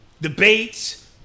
debates